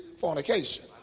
fornication